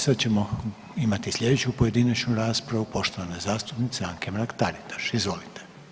Sad ćemo imati sljedeću pojedinačnu raspravu poštovane zastupnice Anke Mrak-Taritaš, izvolite.